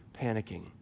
panicking